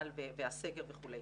והסגר וכו'.